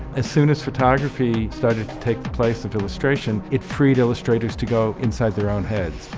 as soon as photography started to take the place of illustration, it freed illustrators to go inside their own heads.